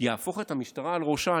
יהפוך את המשטרה על ראשה?